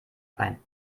ein